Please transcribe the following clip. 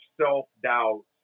self-doubt